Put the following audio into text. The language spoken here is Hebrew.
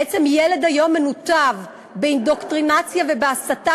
בעצם ילד היום מנותב באינדוקטרינציה ובהסתה